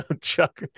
Chuck